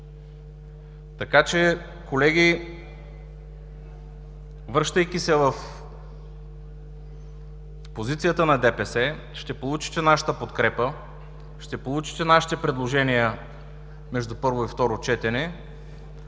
сили. Колеги, връщайки се в позицията на ДПС, ще получите нашата подкрепа, ще получите нашите предложения между първо и второ четене